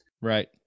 right